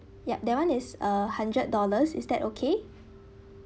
ya that one is a hundred dollars is that okay